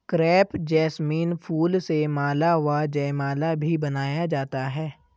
crepe jasmine फूल से माला व जयमाला भी बनाया जाता है